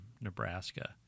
Nebraska